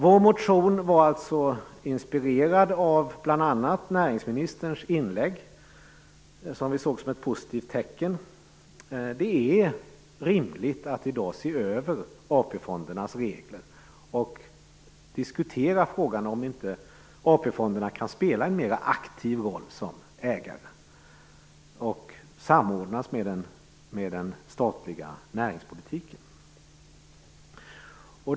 Vår motion var alltså inspirerad av bl.a. näringsministerns inlägg, som vi såg som ett positivt tecken. Det är rimligt att i dag se över AP-fondernas regler och diskutera om inte AP-fonderna kan spela en mer aktiv roll som ägare och samordnas med den statliga näringspolitiken.